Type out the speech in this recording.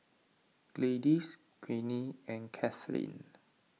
Gladis Greene and Caitlynn